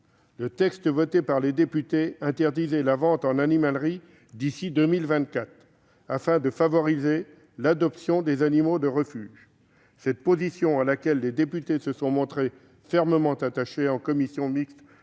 Le texte voté par les députés interdisait la vente en animalerie d'ici à 2024 afin de favoriser l'adoption des animaux de refuges. Cette position, à laquelle les députés se sont montrés fermement attachés en commission mixte